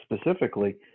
specifically